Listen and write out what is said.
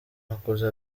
makuza